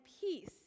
peace